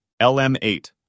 LM8